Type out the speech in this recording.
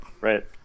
Right